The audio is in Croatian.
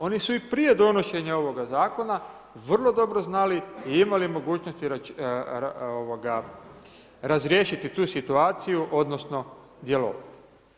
Oni su i prije donošenja ovoga zakona vrlo dobro znali i imali mogućnosti razriješiti tu situaciju, odnosno dijalog.